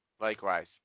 Likewise